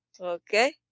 Okay